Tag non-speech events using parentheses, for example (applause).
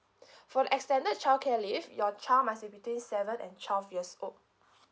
(breath) for the extended childcare leave your child must between seven and twelve years old